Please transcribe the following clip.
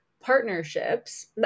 partnerships